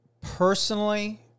Personally